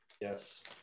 yes